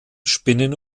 spinnen